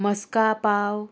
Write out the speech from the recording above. मस्का पाव